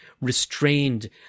restrained